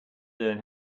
learn